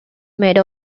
made